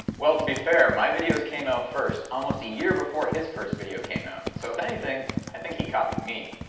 well to be fair my videos came out first almost a year before his first video came out so if anything i think he copied me